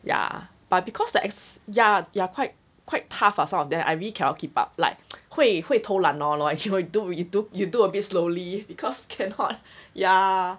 ya but because the ex~ ya ya quite quite tough ah some of them I really cannot keep up like 会会偷懒 lor actually I do you do you do a bit slowly because cannot ya